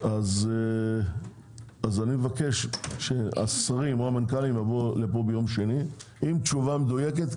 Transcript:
אז אני מבקש שהשרים או המנכ"לים יבואו לפה ביום שני עם תשובה מדויקת,